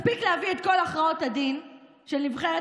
מספיק להביא את כל הכרעות הדין של נבחרת